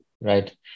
Right